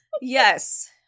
yes